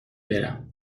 برم